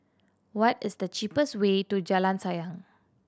what is the cheapest way to Jalan Sayang